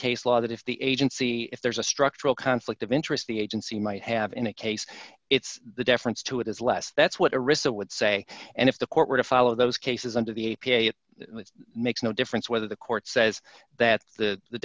case law that if the agency if there's a structural conflict of interest the agency might have in a case it's the deference to it is less that's what arista would say and if the court were to follow those cases under the a p a it makes no difference whether the court says that the the